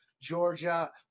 Georgia